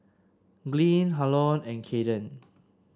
Glynn Harlon and Cayden